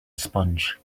sponge